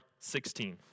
16